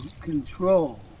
control